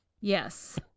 Yes